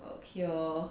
but okay lor